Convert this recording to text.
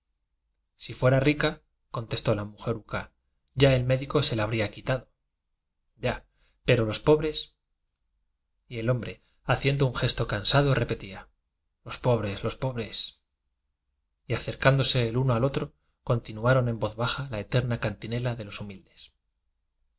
si fuera rica contestó la mujeruca ya el médico se la habría quitado ya pero jlos pobres y el hombre haciendo un gesto cansado repetía los pobres los pobres y acercándose el uno al otro continuaron en voz baja la eterna cantinela de los hu